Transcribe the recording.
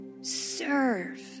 Serve